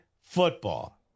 football